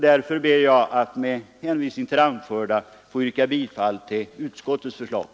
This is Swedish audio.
Därför ber jag, herr talman, med hänvisning till det anförda att få yrka bifall till utskottets hemställan.